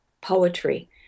poetry